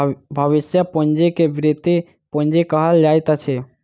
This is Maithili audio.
भविष्य पूंजी के वृति पूंजी कहल जाइत अछि